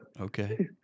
Okay